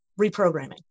reprogramming